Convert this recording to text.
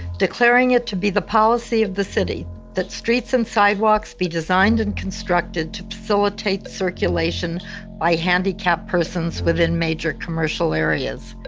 declaring it to be the policy of the city that streets and sidewalks be designed and constructed to facilitate circulation by handicapped persons within major commercial areas,